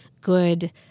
good